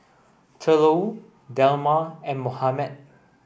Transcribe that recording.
Thurlow Delma and Mohamed